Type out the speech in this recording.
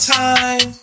time